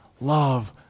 Love